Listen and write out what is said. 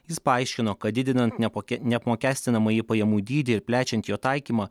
jis paaiškino kad didinant nepake neapmokestinamąjį pajamų dydį ir plečiant jo taikymą